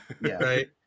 Right